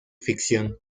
ficción